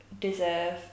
deserve